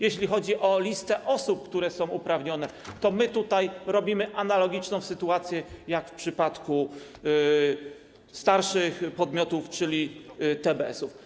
Jeśli chodzi o listę osób, które są uprawnione, to tutaj tworzymy analogiczną sytuację jak w przypadku starszych podmiotów, czyli TBS-ów.